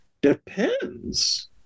depends